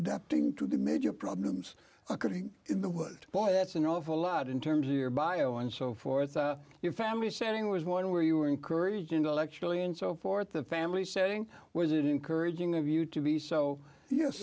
adapting to the major problems occurring in the wood boy that's an awful lot in terms of your bio and so forth your family setting was one where you were encouraged intellectually and so forth the family saying was it encouraging of you to be so yes